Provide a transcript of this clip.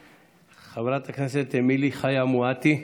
חברת הכנסת אמילי חיה מואטי,